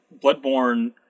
Bloodborne